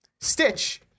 Stitch